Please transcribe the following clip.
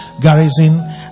garrison